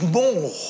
more